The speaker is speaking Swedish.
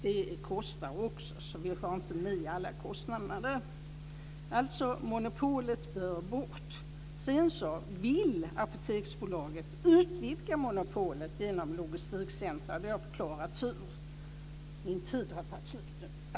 Det kostar också, så vi har inte tagit med alla kostnaderna. Monopolet bör alltså tas bort. Apoteksbolaget vill utvidga monopolet genom logistikcentrum. Jag har förklarat hur. Min talartid har tagit slut.